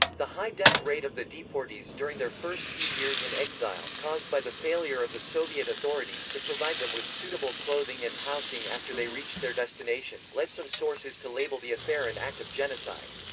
the high death rate of the deportees during their first few years in exile, caused by the failure of the soviet authorities to provide them with suitable clothing and housing after they reached their destination, led some sources to label the affair an act of genocide.